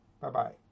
Bye-bye